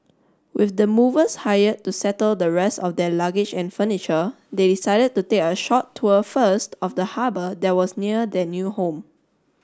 with the movers hired to settle the rest of their luggage and furniture they decided to take a short tour first of the harbour that was near the new home